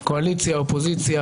קואליציה-אופוזיציה,